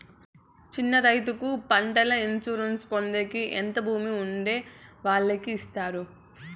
చిన్న రైతుకు పంటల ఇన్సూరెన్సు పొందేకి ఎంత భూమి ఉండే వాళ్ళకి ఇస్తారు?